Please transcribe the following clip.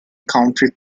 country